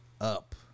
up